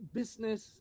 business